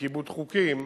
וכיבוד חוקים,